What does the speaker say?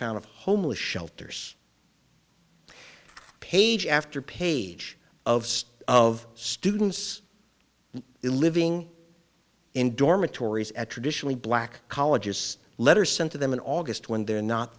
found of homeless shelters page after page of stuff of students living in dormitories at traditionally black colleges letters sent to them in august when they're not